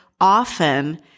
often